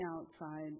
outside